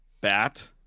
bat